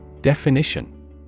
Definition